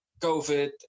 COVID